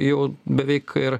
jau beveik ir